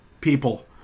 People